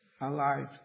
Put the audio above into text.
alive